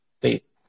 please